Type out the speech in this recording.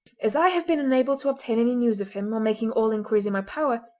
as i have been unable to obtain any news of him on making all inquiries in my power,